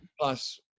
plus